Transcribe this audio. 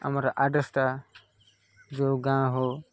ଆମର ଆଡ଼୍ରେସ୍ଟା ଯେଉଁ ଗାଁ ହଉ